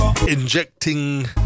injecting